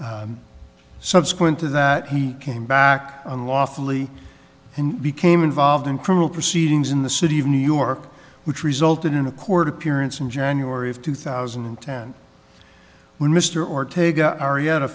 subsequent to that he came back unlawfully and became involved in criminal proceedings in the city of new york which resulted in a court appearance in january of two thousand and ten when mr ortega ari